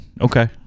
Okay